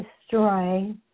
destroy